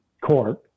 court